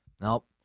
Nope